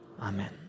Amen